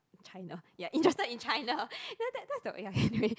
China ya interested in China ya ya anyway